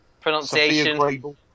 Pronunciation